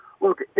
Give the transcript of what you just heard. look